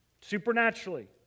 supernaturally